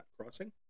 crossing